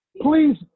Please